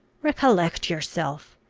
recollect yourself!